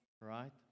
Right